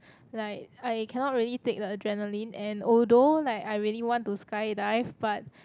like I cannot really take the adrenaline and although like I really want to skydive but